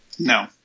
No